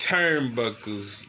Turnbuckles